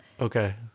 Okay